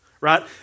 right